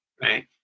right